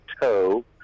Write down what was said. toe